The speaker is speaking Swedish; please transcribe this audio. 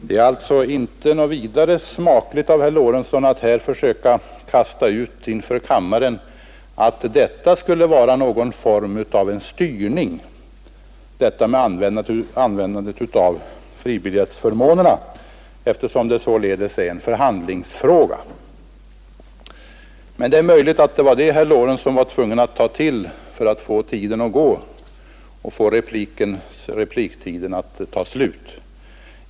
Det är inte vidare smakligt av herr Lorentzon att när det gäller en förhandlingsfråga inför kammaren försöka ge sken av att användandet av fribiljettsförmånerna skulle vara någon form av styrning. Men det är möjligt att herr Lorentzon var tvungen att ta till detta för att fylla ut repliktiden.